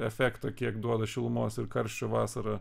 efekto kiek duoda šilumos ir karščio vasarą